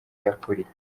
yakuriye